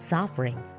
Suffering